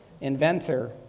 inventor